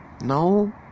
No